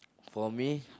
for me